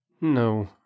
No